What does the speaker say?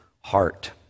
heart